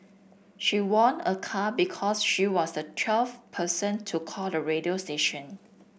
she won a car because she was the twelfth person to call the radio station